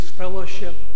fellowship